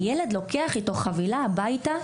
הילד לוקח איתו חבילה הביתה,